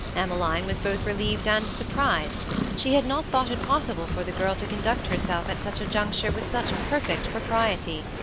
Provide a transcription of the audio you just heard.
emmeline was both relieved and surprised she had not thought it possible for the girl to conduct herself at such a juncture with such perfect propriety.